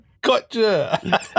Gotcha